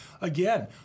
Again